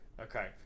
Okay